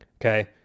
Okay